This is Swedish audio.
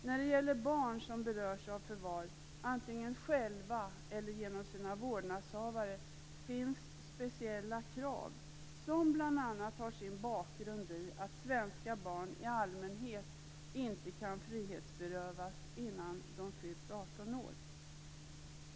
När det gäller barn som berörs av förvar, antingen själva eller genom sina vårdnadshavare, finns det speciella krav som bl.a. har sin bakgrund i att svenska barn i allmänhet inte kan frihetsberövas innan de fyllt 18 år.